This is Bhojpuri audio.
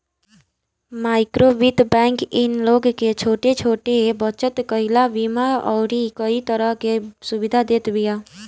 माइक्रोवित्त बैंक इ लोग के छोट छोट बचत कईला, बीमा अउरी कई तरह के सुविधा देत बिया